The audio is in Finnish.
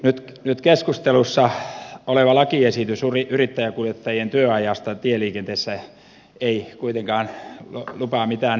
nyt keskustelussa oleva lakiesitys yrittäjäkuljettajien työajasta tieliikenteessä ei kuitenkaan lupaa mitään parannusta